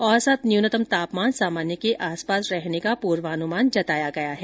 औसत न्यूनतम तापमान सामान्य के आसपास रहने का पूर्वानुमान जताया गया है